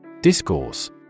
Discourse